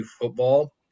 football